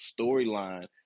storyline